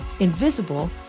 invisible